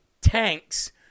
tanks